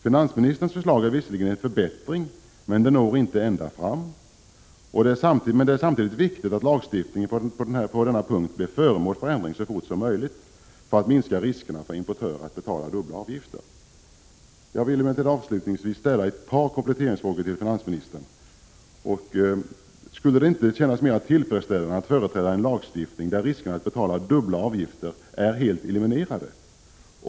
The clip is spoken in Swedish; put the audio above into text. Finansministerns förslag är visserligen en förbättring, men det når inte ända fram. Det är samtidigt viktigt att lagstiftningen på denna punkt blir föremål för ändring så fort som möjligt för att minska riskerna för att importörer skall behöva betala dubbla avgifter. Jag vill emellertid avslutningsvis ställa ett par kompletteringsfrågor till finansministern: Skulle det inte kännas mera tillfredsställande att företräda en lagstiftning där riskerna att betala dubbla tullavgifter är eliminerade?